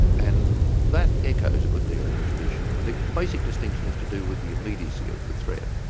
and that echoes a good deal in the tradition. the basic distinction is to do with the immediacy of the threat.